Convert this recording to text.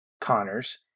Connors